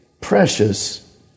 precious